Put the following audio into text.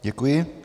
Děkuji.